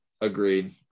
Agreed